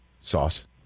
Sauce